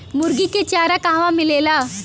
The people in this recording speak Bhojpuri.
मुर्गी के चारा कहवा मिलेला?